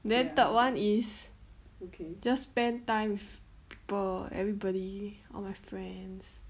then third [one] is just spend time for everybody all my friends